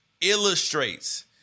illustrates